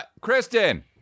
Kristen